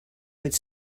would